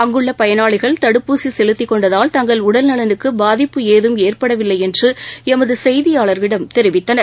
அங்குள்ள பயனாளிகள் தடுப்பூசி செலுத்திக் கொண்டதால் தங்கள் உடல் நலனுக்கு பாதிப்பு ஏதும் ஏற்படவில்லை என்று எமது செய்தியாளரிடம் தெரிவித்தனர்